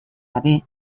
gabe